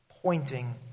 pointing